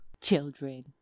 Children